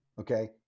okay